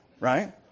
right